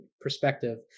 perspective